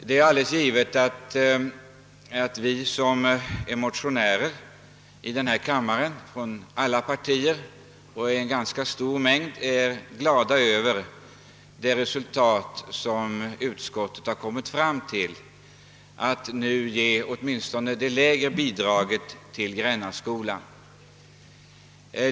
Det är alldeles givet att vi motionärer i denna kam mare från alla partier och ganska många är glada över det resultat som utskottet nu har nått fram till, nämligen att ge åtminstone det lägre bidraget till Grännaskolan.